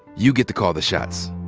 you get to call the shots.